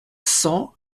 cent